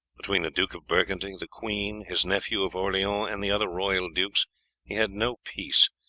between the duke of burgundy, the queen, his nephew of orleans, and the other royal dukes he had no peace,